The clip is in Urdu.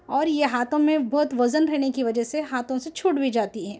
اور یہ ہاتھوں میں بہت وزن رہنے کی وجہ سے ہاتھوں سے چھوٹ بھی جاتی ہے